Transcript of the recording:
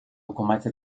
حکومت